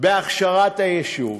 בהכשרת היישוב.